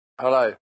Hello